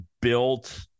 built